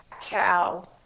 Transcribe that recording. cow